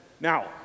Now